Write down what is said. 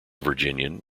virginian